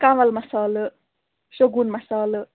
کَنٛول مصالہٕ شُگوٗن مصالہٕ